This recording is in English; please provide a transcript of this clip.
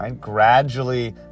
gradually